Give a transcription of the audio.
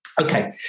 Okay